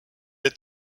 est